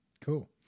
Cool